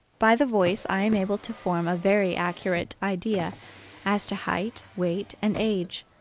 by the voice i am able to form a very accurate idea as to height, weight and age,